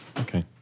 Okay